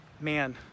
man